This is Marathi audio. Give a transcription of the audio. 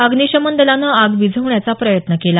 अग्निशमन दलानं आग विझवण्याचा प्रयत्न केला